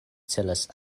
celas